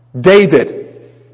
David